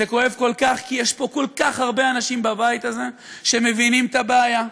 זה כואב כל כך כי יש פה כל כך הרבה אנשים בבית הזה שמבינים את הבעיה,